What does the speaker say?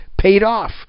paid-off